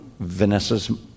Vanessa's